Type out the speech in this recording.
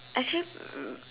actually mm